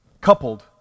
coupled